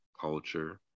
culture